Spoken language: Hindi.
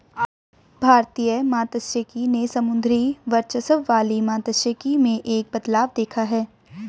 भारतीय मात्स्यिकी ने समुद्री वर्चस्व वाली मात्स्यिकी में एक बदलाव देखा है